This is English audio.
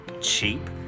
cheap